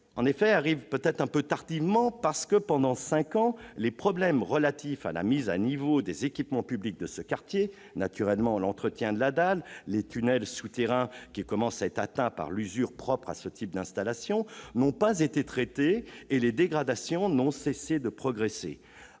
! Ce texte arrive peut-être un peu tardivement, parce que pendant cinq ans les problèmes relatifs à la mise à niveau des équipements publics de ce quartier, l'entretien de la dalle, des tunnels qui commencent à être atteints par l'usure propre à ce type d'installation, n'ont pas été traités et que les dégradations n'ont pas cessé de progresser.